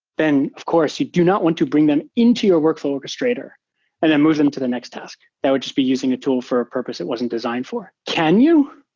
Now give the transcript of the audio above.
then course you do not want to bring them into your workflow orchestration and then move them to the next task. that would just be using a tool for a purpose it wasn't designed for. can you?